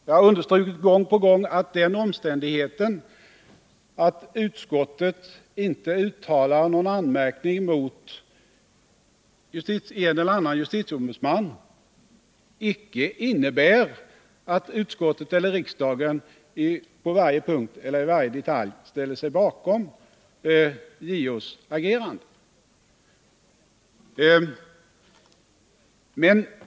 Jag har understrukit gång på gång att den omständigheten att utskottet inte uttalar någon anmärkning mot en eller annan justitieombudsman icke innebär att utskottet eller riksdagen på varje punkt eller i varje detalj ställer sig bakom JO:s agerande.